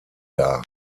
dar